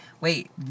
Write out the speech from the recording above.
Wait